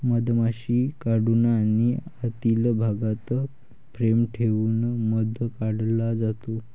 मधमाशी काढून आणि आतील भागात फ्रेम ठेवून मध काढला जातो